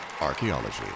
Archaeology